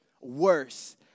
worse